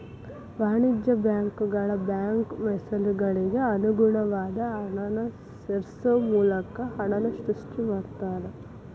ವಾಣಿಜ್ಯ ಬ್ಯಾಂಕುಗಳ ಬ್ಯಾಂಕ್ ಮೇಸಲುಗಳಿಗೆ ಅನುಗುಣವಾದ ಹಣನ ಸೇರ್ಸೋ ಮೂಲಕ ಹಣನ ಸೃಷ್ಟಿ ಮಾಡ್ತಾರಾ